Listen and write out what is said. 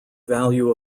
value